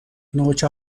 نوچه